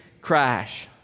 crash